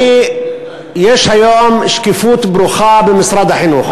יש היום שקיפות ברוכה במשרד החינוך,